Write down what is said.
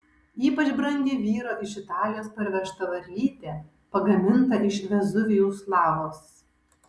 ypač brangi vyro iš italijos parvežta varlytė pagaminta iš vezuvijaus lavos